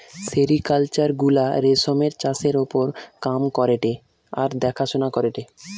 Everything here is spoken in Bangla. সেরিকালচার গুলা রেশমের চাষের ওপর কাম করেটে আর দেখাশোনা করেটে